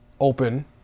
open